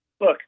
Look